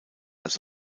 als